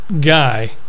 guy